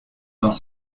dans